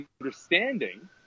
understanding